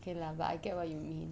okay lah but I get what you mean